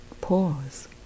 pause